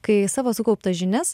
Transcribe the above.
kai savo sukauptas žinias